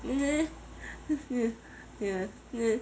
meh meh ya meh